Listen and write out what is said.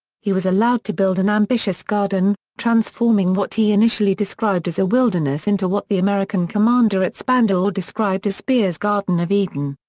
he was allowed to build an ambitious garden, transforming what he initially described as a wilderness into what the american commander at spandau described as speer's garden of eden.